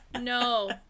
No